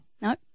No